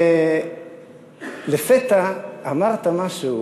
לפתע אמרת משהו